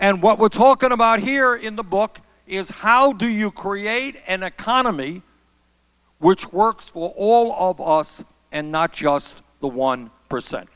and what we're talking about here in the book is how do you create an economy which works for all of us and not just the one per